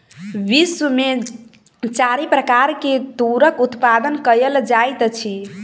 विश्व में चारि प्रकार के तूरक उत्पादन कयल जाइत अछि